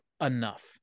enough